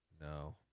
No